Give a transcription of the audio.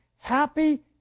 Happy